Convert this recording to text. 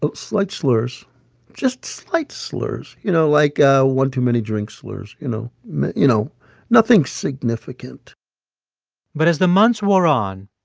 ah slight slurs just slight slurs, you know? like, ah one-too-many-drinks slurs, you know you know nothing significant but as the months wore on,